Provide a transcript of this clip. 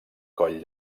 coll